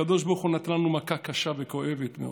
הקדוש ברוך הוא נתן לנו מכה קשה וכואבת מאוד.